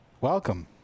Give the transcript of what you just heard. welcome